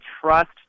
trust